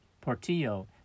Portillo